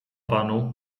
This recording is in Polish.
panu